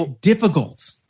difficult